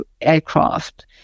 aircraft